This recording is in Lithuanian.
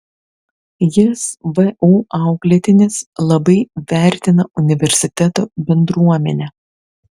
jis vu auklėtinis labai vertina universiteto bendruomenę